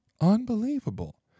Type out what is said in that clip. Unbelievable